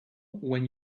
when